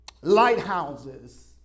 lighthouses